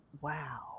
wow